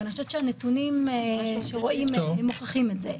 אני חושבת שהנתונים שרואים מוכיחים את זה.